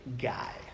guy